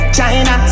China